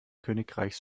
königreichs